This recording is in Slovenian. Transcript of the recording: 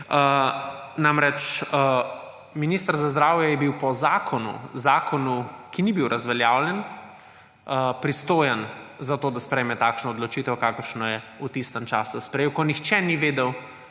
prej. Minister za zdravje je bil po zakonu, ki ni bil razveljavljen, pristojen za to, da sprejme takšno odločitev, kakršno je v tistem času sprejel, ko skorajda nihče ni vedel